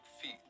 feet